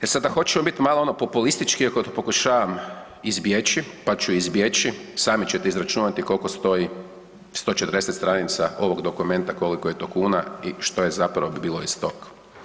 E sada da hoćemo biti malo populistički iako pokušavam izbjeći, pa ću izbjeći, sami ćete izračunati koliko stoji 140 stranica ovog dokumenta koliko je to kuna i što je zapravo bi bilo iz tog.